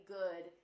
good